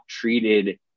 treated